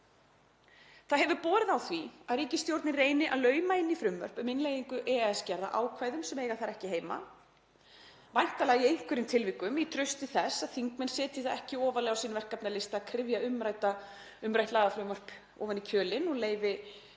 Það hefur borið á því að ríkisstjórnin reyni að lauma inn í frumvörp um innleiðingu EES-gerða ákvæðum sem eiga þar ekki heima, væntanlega í einhverjum tilvikum í trausti þess að þingmenn setji það ekki ofarlega á sinn verkefnalista að kryfja umrætt lagafrumvarp ofan í kjölinn og leyfi